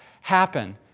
happen